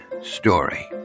story